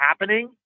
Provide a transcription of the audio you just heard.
happening